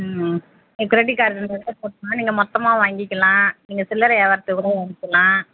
ம் credit card நீங்கள் மொத்தமாக வாங்கிக்கிலாம் நீங்கள் சில்லறை வியாவாரத்துக்கும் வாங்கிக்கலாம்